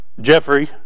Jeffrey